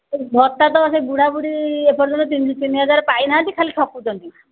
ଭତ୍ତା ତ ସେ ବୁଢ଼ାବୁଢ଼ୀ ଏପର୍ଯ୍ୟନ୍ତ ତିନି ତିନି ହଜାର ପାଇନାହାନ୍ତି ଖାଲି ଠକୁଛନ୍ତି